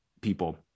people